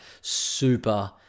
super